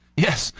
yes,